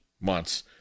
months